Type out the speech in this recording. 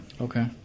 Okay